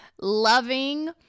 loving